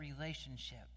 relationship